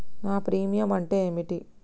నా ప్రీమియం అంటే ఏమిటి?